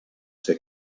ser